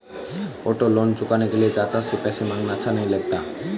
auto loan चुकाने के लिए चाचा से पैसे मांगना अच्छा नही लगता